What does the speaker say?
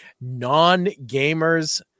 non-gamers